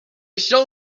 shall